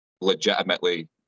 legitimately